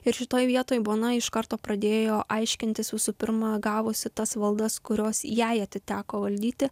ir šitoj vietoj bona iš karto pradėjo aiškintis jūsų pirma gavusi tas valdas kurios jai atiteko valdyti